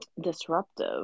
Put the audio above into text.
disruptive